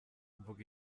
mvuga